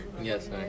Yes